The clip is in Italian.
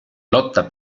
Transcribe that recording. lotta